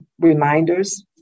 reminders